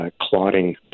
clotting